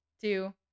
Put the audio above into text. two